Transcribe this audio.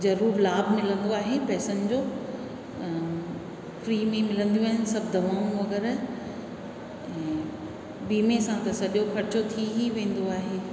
ज़रूरु लाभ मिलंदो आहे पैसनि जो फ्री में मिलंदियूं आहिनि सभु दवाऊं वग़ैरह ऐं विमे सां त सॼो ख़र्चो थी ई वेंदो आहे